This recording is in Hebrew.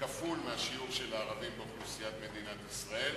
כפול מהשיעור של הערבים באוכלוסיית מדינת ישראל